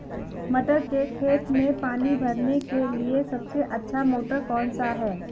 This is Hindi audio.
मटर के खेत में पानी भरने के लिए सबसे अच्छा मोटर कौन सा है?